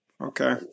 Okay